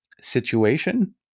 situation